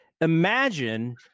imagine